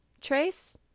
Trace